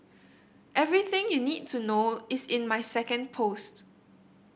everything you need to know is in my second post